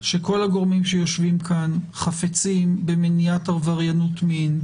שכל הגורמים שיושבים כאן חפצים במניעת עבריינות מין,